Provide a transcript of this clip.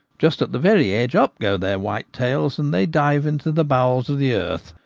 just at the very edge up go their white tails and they dive into the bowels of the earth,